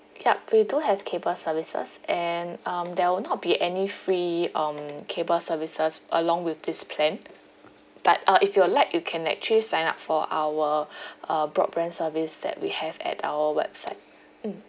yup we do have cable services and um there will not be any free um cable services along with this plan but uh if you would like you can actually sign up for our uh broadband service that we have at our website mm